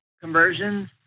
conversions